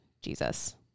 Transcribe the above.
Jesus